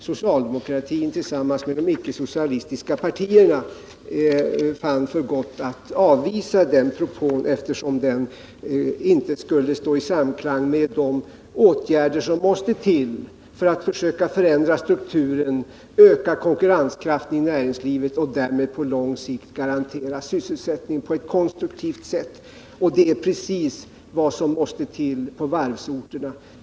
Socialdemokraterna, tillsammans med de icke-socialistiska partierna, fann då för gott att avvisa den propån, eftersom den inte skulle stå i samklang med de åtgärder som måste till för att försöka förändra strukturen, öka konkurrenskraften i näringslivet och därmed på lång sikt garantera sysselsättning på ett konstruktivt sätt. Detta är precis vad som måste till på varvsorterna.